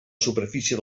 superfície